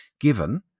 given